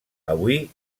avui